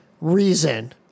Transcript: reason